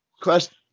question